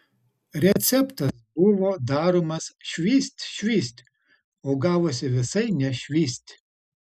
receptas buvo daromas švyst švyst o gavosi visai ne švyst